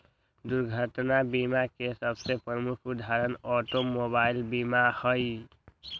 दुर्घटना बीमा के सबसे प्रमुख उदाहरण ऑटोमोबाइल बीमा हइ